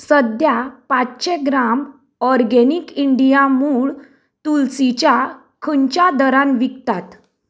सध्या पांचशे gram organic India मूळ तुलसीच्या खंयच्या दरान विकतात